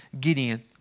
Gideon